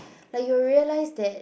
like you realise that